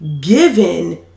given